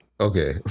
Okay